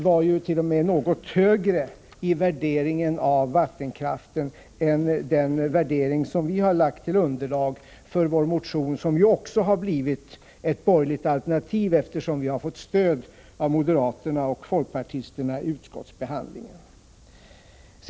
Det var t.o.m. något högre i värderingen av vattenkraften än den värdering som vi har haft som underlag för vår motion, och som också blivit ett borgerligt alternativ eftersom vi har fått stöd av moderaterna och folkpartisterna i utskottsbehandlingen.